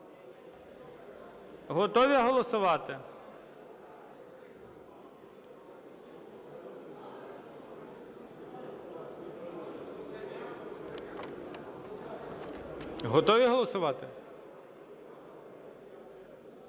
Готові голосувати? Готові голосувати?